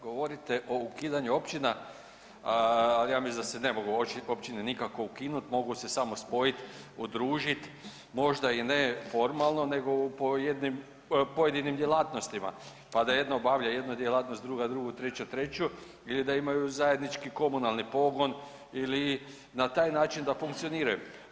Govorite o ukidanju općina, ali ja mislim da se općine mogu nikako ukinut mogu se samo spojit, udružit možda i ne formalno nego po pojedinim djelatnostima pa da jedna obavljaj jednu djelatnost, druga drugu, treća treću ili da imaju zajednički komunalni pogon ili na taj način da funkcioniraju.